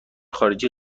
خارجی